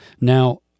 Now